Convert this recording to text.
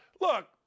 Look